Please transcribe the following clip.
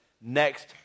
next